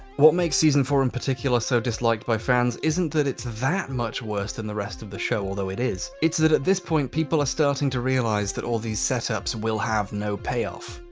what makes season four in particular, so disliked by fans, isn't that it's that much worse than the rest of the show, although it is, it's that at this point people are starting to realise that all these setups will have no payoff.